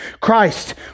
Christ